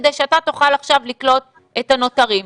כדי שאתה תוכל עכשיו לקלוט את הנותרים.